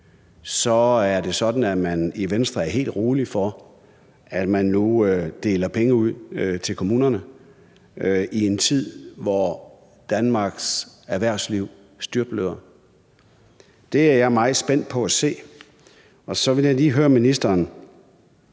så er det sådan, at man i Venstre er helt rolige, i forhold til at man nu deler penge ud til kommunerne i en tid, hvor Danmarks erhvervsliv styrtbløder. Det er jeg meget spændt på at se. Og så vil jeg lige høre ministeren